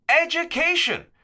education